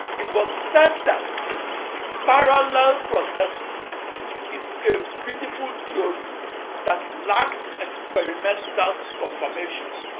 it was said that parallel processing is a beautiful theory that lacked experimental confirmation.